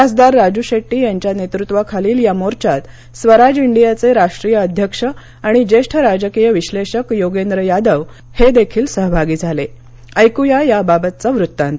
खासदार राजू शेट्टी यांच्या नेतृत्वाखालील या मोर्चात स्वराज इंडियाधे राष्ट्रीय अध्यक्ष आणि ज्येष्ठ राजकीय विश्लेषक योगेंद्र यादव हे देखील सहभागी झाले ऐकूया या बाबतचा वृत्तांत